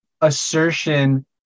assertion